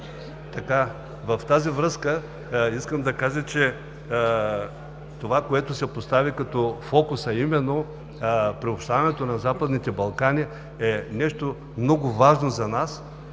В тази връзка искам да кажа, че това, което се постави като фокус, а именно приобщаването на Западните Балкани, е нещо много важно за нас,